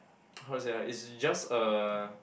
how to say ah it's just a